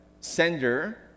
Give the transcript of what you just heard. sender